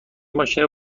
ماشین